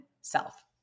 self